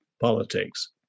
politics